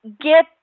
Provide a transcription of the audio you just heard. get